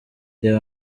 reba